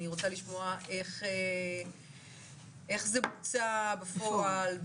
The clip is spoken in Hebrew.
אני רוצה לשמוע איך זה בוצע בפועל,